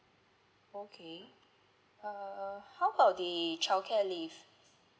okay err how about the childcare leave